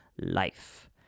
life